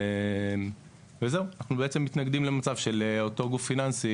אנחנו מתנגדים למצב בו אותו גוף פיננסי